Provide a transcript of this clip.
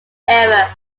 error